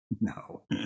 No